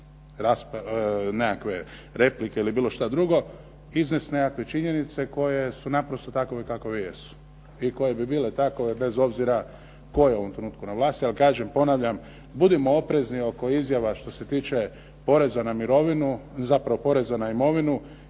nekakve replike ili bilo što druge, iznest nekakve činjenice koje su naprosto takove kakove jesu i koje bi bile takove bez obzira tko je u ovom trenutku na vlasti. Ali kažem, ponavljam budimo oprezni oko izjava što se tiče poreza na imovinu jer to je prije